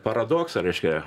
paradoksą reiškia